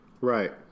Right